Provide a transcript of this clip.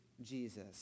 Jesus